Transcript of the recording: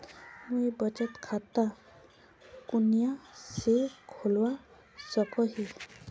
मुई बचत खता कुनियाँ से खोलवा सको ही?